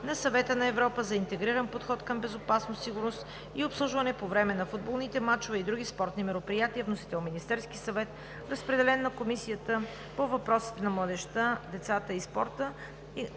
на Съвета на Европа за интегриран подход към безопасност, сигурност и обслужване по време на футболните мачове и други спортни мероприятия. Вносител: Министерският съвет. Разпределен е на Комисията по въпросите на децата, младежта и спорта,